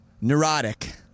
Neurotic